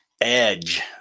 edge